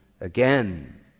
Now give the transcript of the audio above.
again